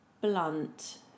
blunt